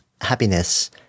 happiness